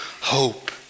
hope